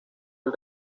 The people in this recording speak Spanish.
del